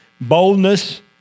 Boldness